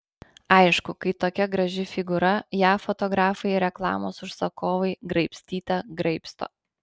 aišku kai tokia graži figūra ją fotografai ir reklamos užsakovai graibstyte graibsto